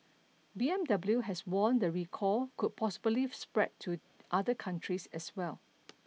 B M W has warned the recall could possibly spread to other countries as well